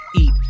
eat